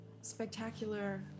spectacular